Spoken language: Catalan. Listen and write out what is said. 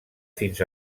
fins